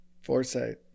Foresight